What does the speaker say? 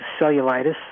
cellulitis